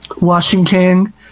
Washington